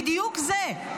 בדיוק זה.